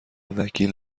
وکیل